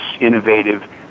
innovative